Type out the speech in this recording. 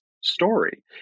Story